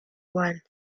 when